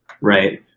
Right